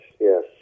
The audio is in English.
yes